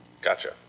Gotcha